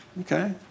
Okay